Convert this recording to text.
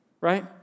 right